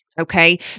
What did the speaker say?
Okay